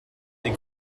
des